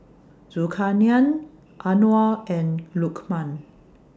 Zulkarnain Anuar and Lukman